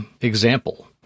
example